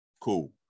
cool